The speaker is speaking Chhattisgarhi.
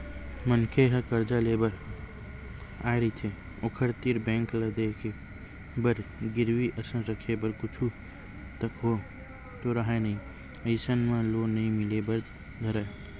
मनखे ह करजा लेय बर आय रहिथे ओखर तीर बेंक ल देय बर गिरवी असन रखे बर कुछु तको तो राहय नइ अइसन म लोन नइ मिले बर धरय